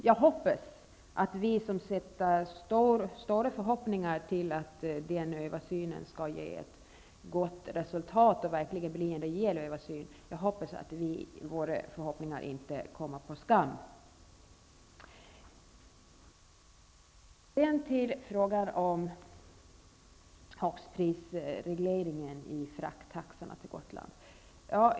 Jag hoppas att våra förhoppningar om att det skall bli en rejäl översyn och att den skall ge ett gott resultat inte kommer på skam. Sedan till frågan om högstprisregleringen av frakttaxorna till Gotland.